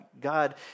God